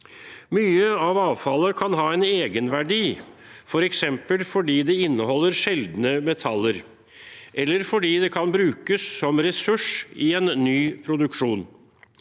Mye av avfallet kan ha en egenverdi, f.eks. fordi det inneholder sjeldne metaller, eller fordi det kan brukes som ressurs i en ny produksjon.